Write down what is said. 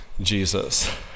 Jesus